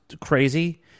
crazy